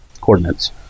coordinates